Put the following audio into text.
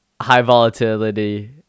high-volatility